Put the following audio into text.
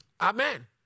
amen